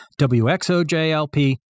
WXOJLP